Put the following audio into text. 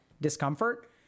discomfort